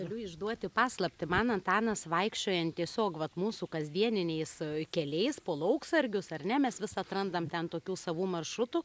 galiu išduoti paslaptį man antanas vaikščiojant tiesiog vat mūsų kasdieniniais keliais po lauksargius ar ne mes vis atrandam ten tokių savų maršrutų